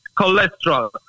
cholesterol